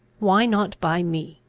why not by me?